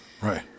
Right